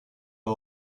vas